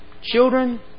Children